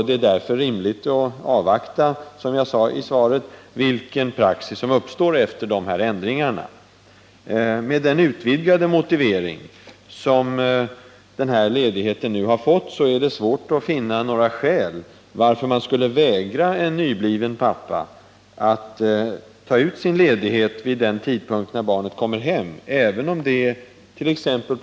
Det är därför rimligt att, som jag sade i svaret, avvakta och se vilken praxis som uppstår efter de här ändringarna. Med den utvidgade motivering som den här ledigheten nu har fått är det svårt att finna några skäl till att man skulle vägra en nybliven pappa att ta ut sin ledighet vid den tidpunkt då barnet kommer hem, även om det —t.ex.